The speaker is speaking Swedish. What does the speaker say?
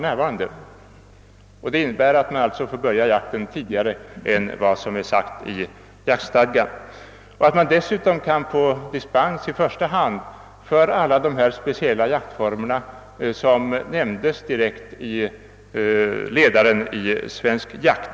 Det skulle alltså innebära att man får börja jakten tidigare än som är sagt i jaktstadgan. Dessutom behöver man få dispens i första hand för alla de speciella jaktformer som direkt nämndes i ledaren i Svensk Jakt.